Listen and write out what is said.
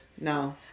No